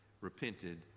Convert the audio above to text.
repented